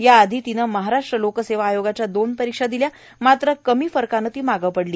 याआधी पूनमनं महारष्ट लोकसेवा आयोगाच्या दोन परीक्षा दिल्या मात्र निम्या फरकानं ती मागं पडली